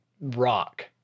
rock